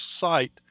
site